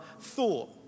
thought